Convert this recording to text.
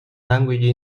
languages